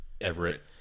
Everett